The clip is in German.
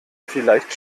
vielleicht